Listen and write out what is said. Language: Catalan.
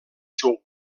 seu